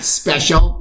special